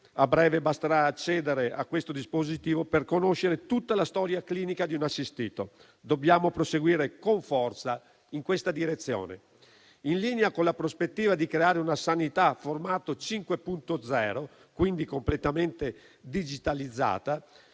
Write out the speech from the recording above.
a breve basterà accedere a questo dispositivo per conoscere tutta la storia clinica di un assistito. Dobbiamo proseguire con forza in questa direzione. In linea con la prospettiva di creare una sanità formato 5.0, quindi completamente digitalizzata,